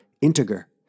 integer